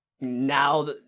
now